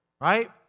right